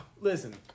Listen